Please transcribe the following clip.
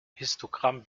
histogramm